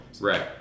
Right